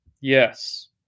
Yes